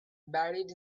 buried